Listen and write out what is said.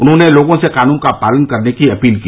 उन्होंने लोगों से कानून का पालन करने की अपील की